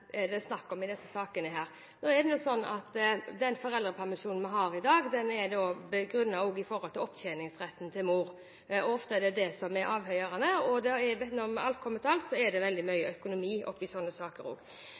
det er snakk om i disse sakene her. Den foreldrepermisjonen vi har i dag, er begrunnet også i opptjeningsretten til mor, og ofte er det det som er avgjørende. Når alt kommer til alt, er det veldig mye økonomi i slike saker